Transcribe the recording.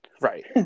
Right